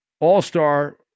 All-Star